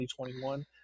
2021